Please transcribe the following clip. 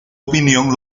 opinión